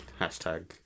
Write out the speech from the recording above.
Hashtag